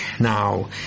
now